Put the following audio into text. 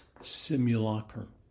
simulacrum